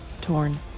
torn